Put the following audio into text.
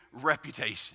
reputation